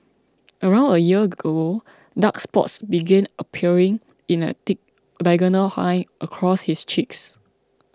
around a year ago dark spots began appearing in a thick diagonal line across his cheeks